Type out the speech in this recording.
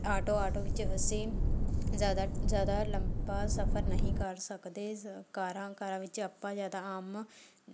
auto auto ਵਿੱਚ ਅਸੀਂ ਜ਼ਿਆਦਾ ਜ਼ਿਆਦਾ ਲੰਬਾ ਸਫ਼ਰ ਨਹੀਂ ਕਰ ਸਕਦੇ ਕਾਰਾਂ ਕਾਰਾਂ ਵਿੱਚ ਆਪਾਂ ਜ਼ਿਆਦਾ ਆਮ